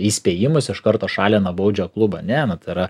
įspėjimus iš karto šalina baudžia klubą ne nu tai yra